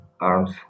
arms